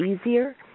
easier